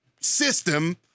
system